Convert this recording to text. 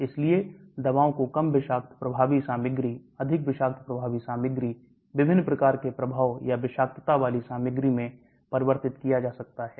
इसलिए दवाओं को कम विषाक्त प्रभावी सामग्री अधिक विषाक्त प्रभावी सामग्री विभिन्न प्रकार के प्रभाव या विषाक्तता वाली सामग्री में परिवर्तित किया जा सकता है